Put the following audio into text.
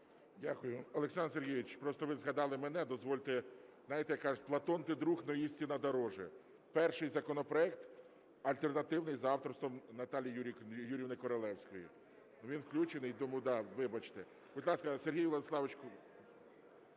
Дякую. Олександр Сергійович, просто ви згадали мене, дозвольте, знаєте, як кажуть: Платон – ти друг, но истина дороже. Перший законопроект – альтернативний, за авторством Наталії Юріївни Королевської, він включений, тому вибачте. Будь ласка, Сергій Владиславович.